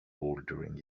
bouldering